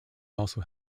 also